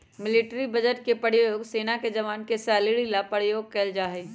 military budget के प्रयोग सेना के जवान के सैलरी ला प्रयोग कइल जाहई